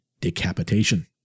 decapitation